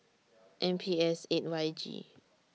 M P S eight Y G